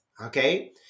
Okay